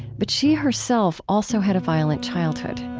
but she herself also had a violent childhood.